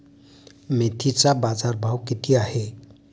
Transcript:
मेथीचा बाजारभाव किती आहे?